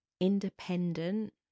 independent